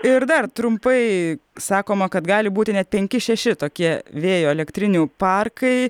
ir dar trumpai sakoma kad gali būti net penki šeši tokie vėjo elektrinių parkai